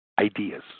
ideas